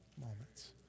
moments